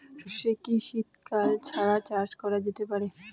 সর্ষে কি শীত কাল ছাড়া চাষ করা যেতে পারে?